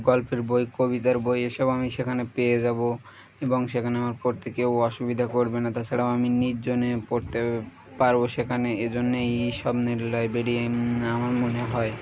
গল্পের বই কবিতার বই এসব আমি সেখানে পেয়ে যাব এবং সেখানে আমার পড়তে কেউ অসুবিধা করবে না তাছাড়াও আমি নির্জনে পড়তে পারব সেখানে এজন্যে এই স্বপ্নের লাইব্রেরি আমার মনে হয়